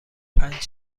پنج